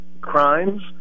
crimes